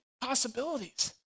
possibilities